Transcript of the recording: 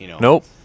Nope